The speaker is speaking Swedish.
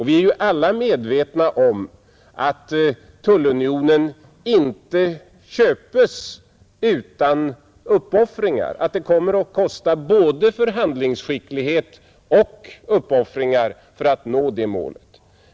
Vi är ju också alla medvetna om att tullunionen inte köpes utan uppoffringar, att det kommer att kosta både förhandlingsskicklighet och uppoffringar för att nå det målet.